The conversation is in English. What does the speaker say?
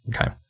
okay